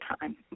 time